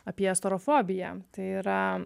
apie storofobiją tai yra